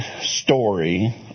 story